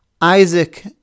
Isaac